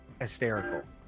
hysterical